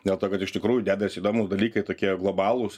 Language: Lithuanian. dėl to kad iš tikrųjų dedasi įdomūs dalykai tokie globalūs